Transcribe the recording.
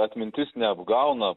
atmintis neapgauna